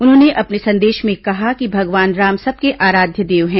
उन्होंने अपने संदेश में कहा कि भगवान राम सबके आराध्य देव है